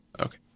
Okay